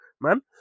man